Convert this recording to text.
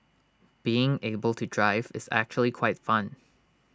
being able to drive is actually quite fun